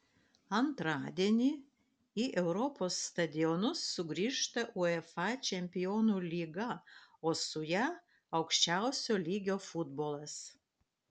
antradienį į europos stadionus sugrįžta uefa čempionų lyga o su ja aukščiausio lygio futbolas